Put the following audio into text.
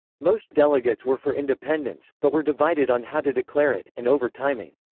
most delegates were for independence, but were divided on how to declare it, and over timing.